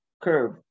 curve